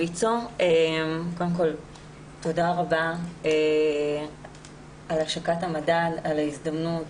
קודם כל תודה רבה על השקת המדד, על ההזדמנות.